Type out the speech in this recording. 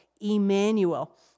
Emmanuel